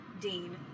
Dean